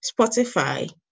Spotify